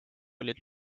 olid